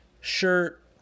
shirt